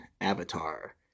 avatar